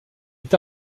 est